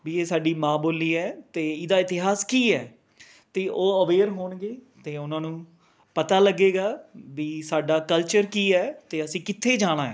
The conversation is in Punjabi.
ਵੀ ਇਹ ਸਾਡੀ ਮਾਂ ਬੋਲੀ ਹੈ ਅਤੇ ਇਹਦਾ ਇਤਿਹਾਸ ਕੀ ਹੈ ਅਤੇ ਉਹ ਅਵੇਅਰ ਹੋਣਗੇ ਅਤੇ ਉਹਨਾਂ ਨੂੰ ਪਤਾ ਲੱਗੇਗਾ ਵੀ ਸਾਡਾ ਕਲਚਰ ਕੀ ਹੈ ਅਤੇ ਅਸੀਂ ਕਿੱਥੇ ਜਾਣਾ ਹੈ